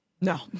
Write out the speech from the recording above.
No